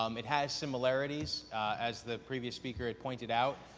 um it has similarities as the previous speaker had pointed out,